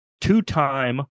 two-time